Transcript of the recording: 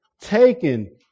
taken